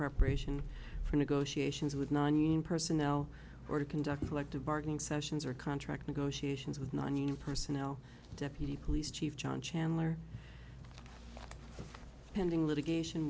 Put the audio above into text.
preparation for negotiations with nonunion personnel or to conduct elective bargaining sessions or contract negotiations with nonunion personnel deputy police chief john chandler pending litigation